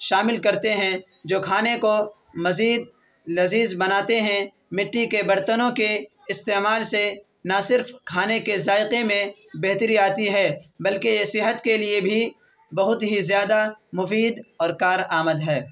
شامل کرتے ہیں جو کھانے کو مزید لذیذ بناتے ہیں مٹی کے برتنوں کے استعمال سے نہ صرف کھانے کے ذائقے میں بہتری آتی ہے بلکہ یہ صحت کے لیے بھی بہت ہی زیادہ مفید اور کار آمد ہے